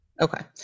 Okay